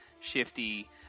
shifty